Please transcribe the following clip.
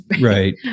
right